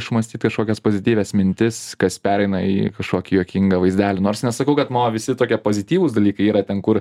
išmąstyt kažkokias pozityvias mintis kas pereina į kažkokį juokingą vaizdelį nors nesakau kad visi tokie pozityvūs dalykai yra ten kur